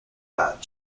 bat